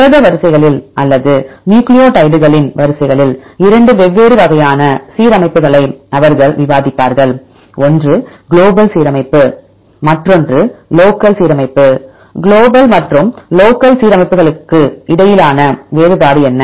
புரத வரிசைகளில் அல்லது நியூக்ளியோடைடுகளின் வரிசைகளில் 2 வெவ்வேறு வகையான சீரமைப்புகளை அவர்கள் விவாதிப்பார்கள் ஒன்று குளோபல் சீரமைப்பு மற்றொன்று லோக்கல் சீரமைப்பு குளோபல் மற்றும் லோக்கல் சீரமைப்புகளுக்கு இடையிலான வேறுபாடு என்ன